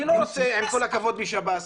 אני לא רוצה עם כל הכבוד מהשב"ס,